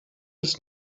ist